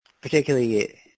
particularly